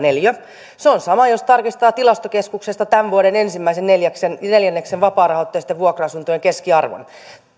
neliö se on sama kuin jos tarkistaa tilastokeskuksesta tämän vuoden ensimmäisen neljänneksen vapaarahoitteisten vuokra asuntojen keskiarvon